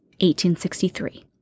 1863